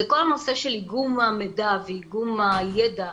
כל הנושא של איגום המידע ואיגום הידע.